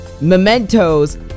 Mementos